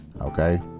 Okay